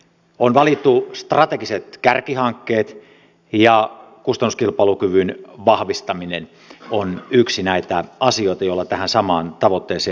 on valittu strategiset kärkihankkeet ja kustannuskilpailukyvyn vahvistaminen on yksi näitä asioita joilla tähän samaan tavoitteeseen pyritään